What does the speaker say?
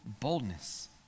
boldness